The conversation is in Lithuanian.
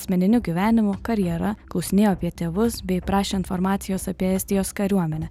asmeniniu gyvenimu karjera klausinėjo apie tėvus bei prašė informacijos apie estijos kariuomenę